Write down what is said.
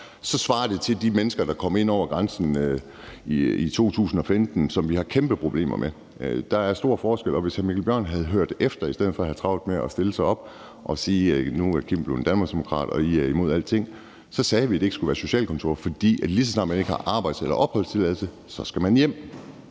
til, at der kom de mennesker ind over grænsen i 2015, som vi har kæmpe problemer med. Der er stor forskel. Og hvis hr. Mikkel Bjørn havde hørt efter i stedet for at have travlt med at stille sig op og sige, at Kim er blevet danmarksdemokrat og er imod alting, havde han hørt, at vi sagde, at det ikke skulle være et socialkontor, for lige så snart man ikke har arbejds- eller opholdstilladelse, skal man hjem.